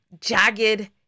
jagged